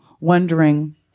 wondering